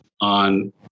on